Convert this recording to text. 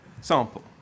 sample